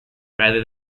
rather